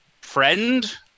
friend